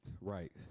Right